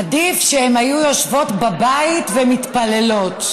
עדיף שהן היו יושבות בבית ומתפללות.